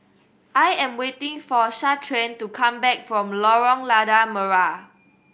I am waiting for Shaquan to come back from Lorong Lada Merah